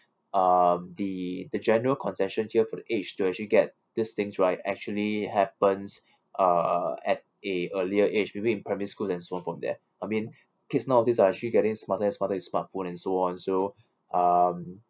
uh the the general concessions here for the age to actually get these things right actually happens uh at a earlier age maybe in primary school and so on from there I mean kids nowadays are actually getting smarter and smarter with smartphone and so on so um